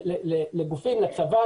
לצבא,